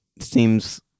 seems